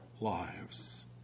lives